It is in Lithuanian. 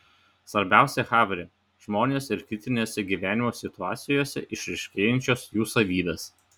svarbiausia havre žmonės ir kritinėse gyvenimo situacijose išryškėjančios jų savybės